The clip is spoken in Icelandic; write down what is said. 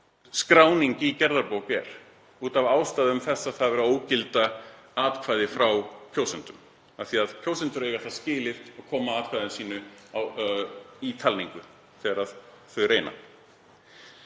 skráning í gerðabók er út af því að verið er að ógilda atkvæði frá kjósendum, af því að kjósendur eiga það skilið að koma atkvæði sínu í talningu þegar þeir reyna.